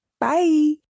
Bye